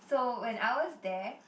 so when I was there